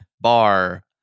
bar